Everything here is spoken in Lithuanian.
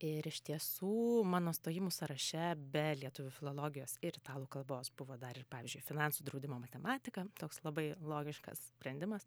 ir iš tiesų mano stojimų sąraše be lietuvių filologijos ir italų kalbos buvo dar ir pavyzdžiui finansų draudimo matematika toks labai logiškas sprendimas